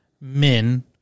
men